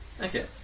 Okay